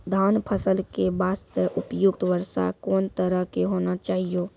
धान फसल के बास्ते उपयुक्त वर्षा कोन तरह के होना चाहियो?